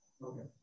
Okay